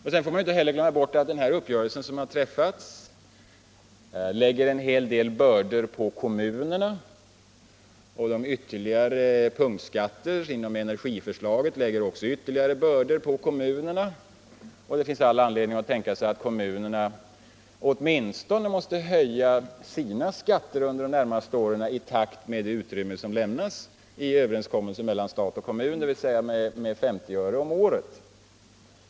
Slutligen får man inte glömma att skatteuppgörelsen liksom de föreslagna punktskattehöjningarna i energipropositionen lägger ytterligare bördor på kommunerna och att dessa sannolikt under de närmaste åren kommer att tvingas att höja sina skatter åtminstone i takt med det utrymme som lämnats i uppgörelsen mellan staten och kommunerna, dvs. med 50 öre om året.